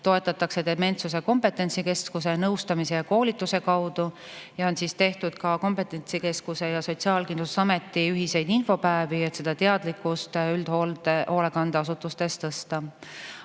toetatakse dementsuse kompetentsikeskuse nõustamise ja koolituse kaudu. On tehtud ka kompetentsikeskuse ja Sotsiaalkindlustusameti ühiseid infopäevi, et teadlikkust üldhoolekandeasutustes tõsta.